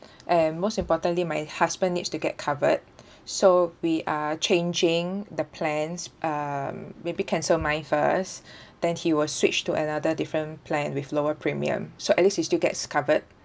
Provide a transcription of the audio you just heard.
and most importantly my husband needs to get covered so we are changing the plans um maybe cancel mine first then he will switch to another different plan with lower premium so at least he still gets covered